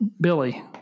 Billy